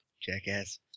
Jackass